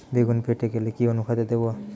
বেগুন ফেটে গেলে কি অনুখাদ্য দেবো?